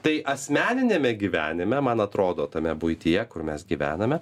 tai asmeniniame gyvenime man atrodo tame buityje kur mes gyvename